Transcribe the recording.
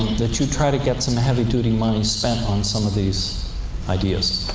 that you try to get some heavy-duty money spent on some of these ideas.